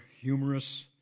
humorous